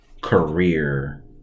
career